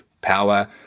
power